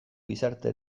gizarte